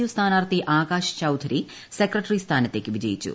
U സ്ഥാനാർത്ഥി Akash Chaudhary secretary സ്ഥാനത്തേയ്ക്ക് വിജയിച്ചു